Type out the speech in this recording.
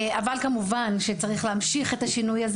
אבל כמובן שצריך להמשיך את השינוי הזה